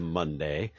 monday